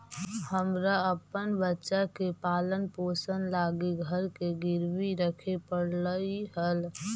हमरा अपन बच्चा के पालन पोषण लागी घर के गिरवी रखे पड़लई हल